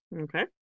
Okay